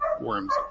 worms